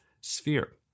sphere